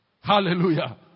Hallelujah